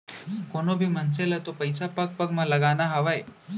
कोनों भी मनसे ल तो पइसा पग पग म लगाना हावय